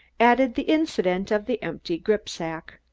added the incident of the empty gripsack.